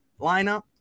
lineup